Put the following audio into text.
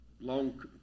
long